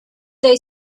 they